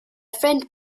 friend